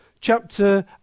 chapter